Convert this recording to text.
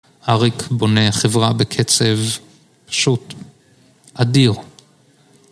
אריק בונה חברה בקצב פשוט אדיר